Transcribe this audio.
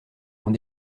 ont